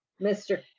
Mr